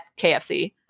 KFC